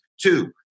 Two